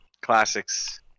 classics